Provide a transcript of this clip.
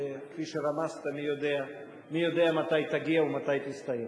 שכפי שרמזת מי יודע מתי תגיע ומתי תסתיים.